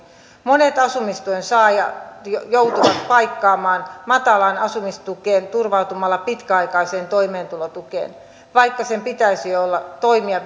monet asumistuen saajat joutuvat paikkaamaan matalaa asumistukeaan turvautumalla pitkäaikaiseen toimeentulotukeen vaikka sen pitäisi toimia